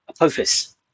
Apophis